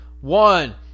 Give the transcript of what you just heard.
One